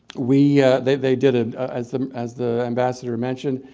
we they they did a as the as the ambassador mentioned,